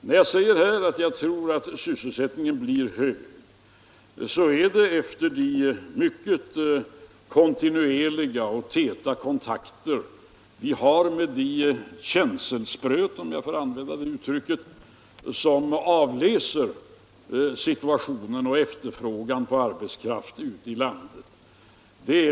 När jag säger att jag tror att sysselsättningen blir hög, så bygger jag på kontinuerliga och mycket täta kontakter med de känselspröt, om jag får använda det uttrycket, som avläser situationen och efterfrågan på arbetskraft ute i landet.